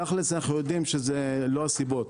תכלס אנחנו יודעים שזה לא הסיבות,